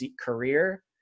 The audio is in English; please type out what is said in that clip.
career